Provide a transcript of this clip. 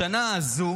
בשנה הזו